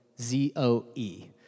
Z-O-E